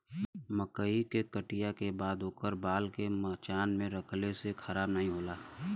मकई के कटिया के बाद ओकर बाल के मचान पे रखले से खराब नाहीं होला